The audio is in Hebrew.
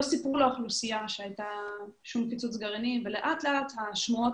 סיפרו לאוכלוסייה שהיה פיצוץ גרעיני אבל לאט לאט השמועות